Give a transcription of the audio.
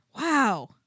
Wow